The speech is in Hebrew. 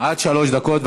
עד שלוש דקות.